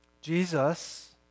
Jesus